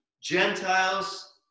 Gentiles